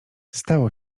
stało